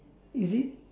is it